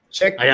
Check